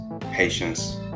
patience